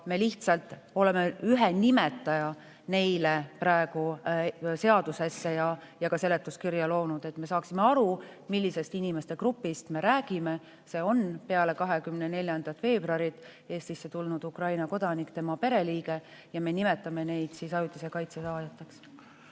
me lihtsalt oleme ühe nimetaja neile praegu seaduses ja ka seletuskirjas loonud, et me saaksime aru, millisest inimeste grupist me räägime. Need on peale 24. veebruari Eestisse tulnud Ukraina kodanikud ja nende pereliikmed. Me nimetame neid siis ajutise kaitse saajateks.